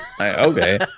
Okay